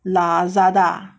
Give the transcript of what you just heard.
Lazada